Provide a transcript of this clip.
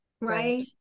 Right